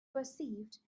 perceived